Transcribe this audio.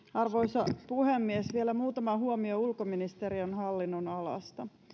arvoisa puhemies vielä muutama huomio ulkoministeriön hallinnonalasta